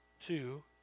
two